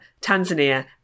Tanzania